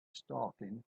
stalking